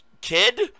kid